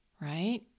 right